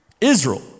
Israel